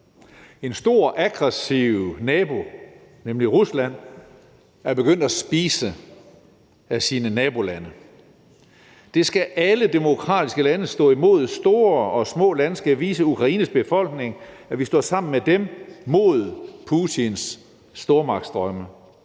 En stor, aggressiv nabo, nemlig Rusland, er begyndt at spise af sine nabolande. Det skal alle demokratiske lande stå imod, store og små lande skal vise Ukraines befolkning, at vi står sammen med dem mod Putins stormagtsdrømme.